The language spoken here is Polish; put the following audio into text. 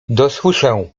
dosłyszę